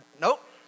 Nope